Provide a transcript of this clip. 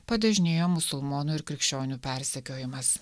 padažnėjo musulmonų ir krikščionių persekiojimas